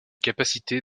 capacité